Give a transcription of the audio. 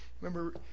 remember